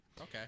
Okay